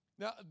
Now